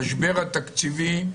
המשבר התקציבי?